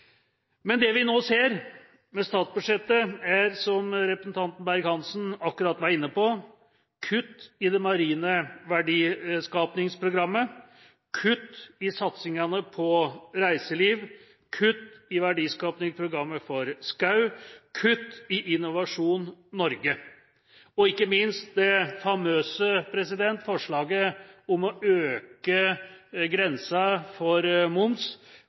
Men det vi nå ser med statsbudsjettet, er – som representanten Berg-Hansen akkurat var inne på – kutt i det marine verdiskapingsprogrammet, kutt i satsingene på reiseliv, kutt i verdiskapingsprogrammet for skog, kutt i Innovasjon Norge, og ikke minst det famøse forslaget om å øke grensa for moms